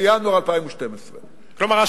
בינואר 2012. כלומר,